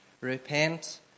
Repent